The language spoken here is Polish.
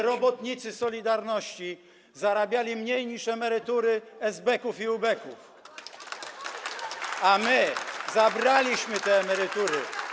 Robotnicy „Solidarności” zarabiali mniej niż wynosiły emerytury esbeków i ubeków, a my zabraliśmy te emerytury.